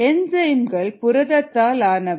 என்சைம்கள் புரதத்தால் ஆனவை